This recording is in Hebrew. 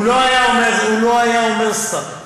הוא לא היה אומר סתם.